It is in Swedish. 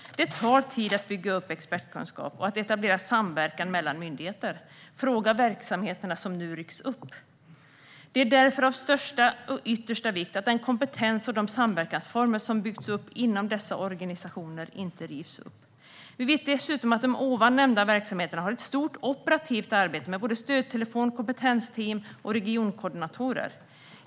Det tar tid att bygga upp expertkunskap och att etablera samverkan mellan myndigheter. Fråga verksamheterna som nu rycks upp! Det är därför av största och yttersta vikt att den kompetens och de samverkansformer som byggts upp inom dessa organisationer inte rivs upp. Vi vet dessutom att de ovan nämnda verksamheterna har ett stort operativt arbete med såväl stödtelefon som kompetensteam och regionkoordinatorer.